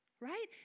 Right